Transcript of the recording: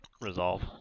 resolve